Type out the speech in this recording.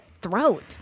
throat